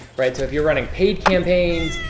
right? so if you're running paid campaigns,